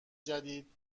جدید